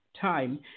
time